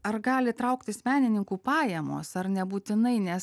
ar gali trauktis menininkų pajamos ar nebūtinai nes